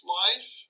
life